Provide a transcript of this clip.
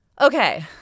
okay